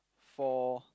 for